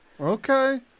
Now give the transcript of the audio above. Okay